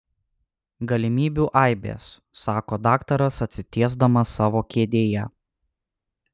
galimybių aibės sako daktaras atsitiesdamas savo kėdėje